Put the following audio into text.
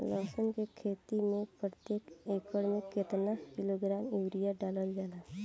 लहसुन के खेती में प्रतेक एकड़ में केतना किलोग्राम यूरिया डालल जाला?